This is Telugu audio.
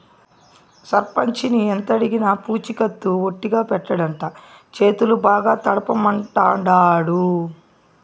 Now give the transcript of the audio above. సర్పంచిని ఎంతడిగినా పూచికత్తు ఒట్టిగా పెట్టడంట, చేతులు బాగా తడపమంటాండాడు